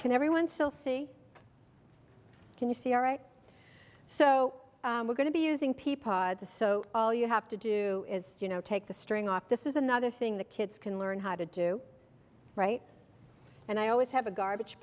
can everyone still see can you see all right so we're going to be using peapods so all you have to do is you know take the string off this is another thing the kids can learn how to do right and i always have a garbage